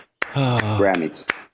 Grammys